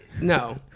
no